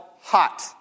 hot